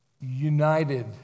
united